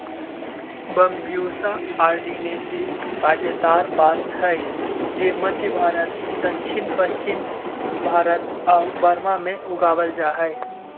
Bambusa arundinacea काँटेदार बाँस हइ जे मध्म भारत, दक्षिण पश्चिम भारत आउ बर्मा में उगावल जा हइ